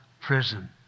prison